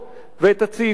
ואת הצעיפים.